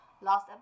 last